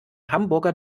hamburger